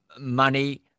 money